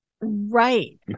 right